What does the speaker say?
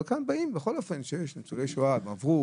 כאן באים, בכל אופן ניצולי שואה, הם עברו